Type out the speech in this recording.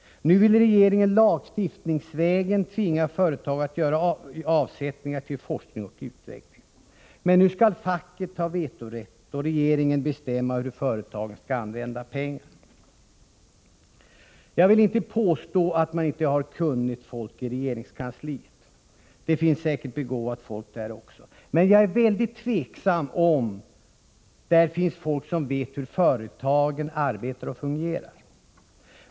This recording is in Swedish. Nu vill regeringen lagstiftningsvägen tvinga företag att göra avsättningar till forskning och utveckling. Men nu skall facket ha vetorätt och regeringen bestämma hur företagen skall använda pengarna. Jag vill inte påstå att man inte har kunnigt folk i regeringskansliet. Det finns säkert begåvat folk där också. Men jag är väldigt tveksam om där finns folk som vet hur företagen arbetar och fungerar.